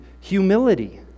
humility